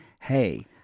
hey